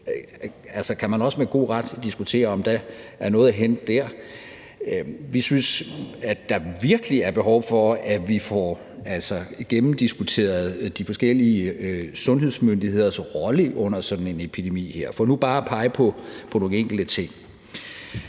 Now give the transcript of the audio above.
påpeget herinde, med god ret kan diskutere, om der er noget at hente der. Vi synes, at der virkelig er behov for, at vi får gennemdiskuteret de forskellige sundhedsmyndigheders rolle under sådan en epidemi her – for nu bare at pege på nogle enkelte ting.